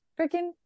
freaking